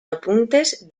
apuntes